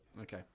Okay